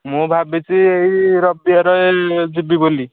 ମୁଁ ଭାବିଛି ଏହି ରବିବାର ଏ ଯିବି ବୋଲି